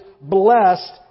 blessed